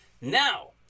Now